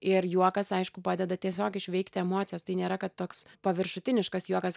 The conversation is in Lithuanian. ir juokas aišku padeda tiesiog išveikti emocijas tai nėra kad toks paviršutiniškas juokas